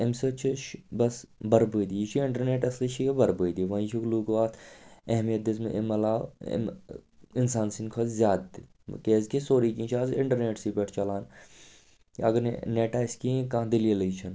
اَمہِ سۭتۍ چھُ شُر بَس بُربٲدی یہِ چھُ اِنٹرنیٚٹ اَصٕلی چھِ یہِ بُربٲدی وۄنۍ چھُ لوٗکو اَتھ اہمیت دِژمٕژ امہِ علاوٕ امہِ اِنسان سٕنٛدِ کھۄتہٕ زیادٕ تہِ کیٛازِ کہِ سورُے کیٚنٛہہ چھُ اَز اِنٹرنیٹسٕے پٮ۪ٹھ چَلان اَگر نہٕ نیٚٹ آسہِ کِہیٖنٛۍ کانٛہہ دٔلیٖلٕے چھَ نہٕ